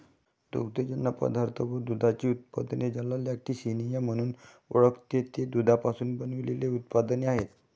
दुग्धजन्य पदार्थ व दुधाची उत्पादने, ज्याला लॅक्टिसिनिया म्हणून ओळखते, ते दुधापासून बनविलेले उत्पादने आहेत